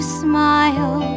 smile